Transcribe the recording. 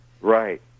Right